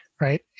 right